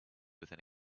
within